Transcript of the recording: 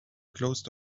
closed